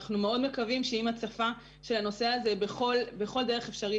אנחנו מאוד מקווים שעם הצפה של הנושא הזה בכל דרך אפשרית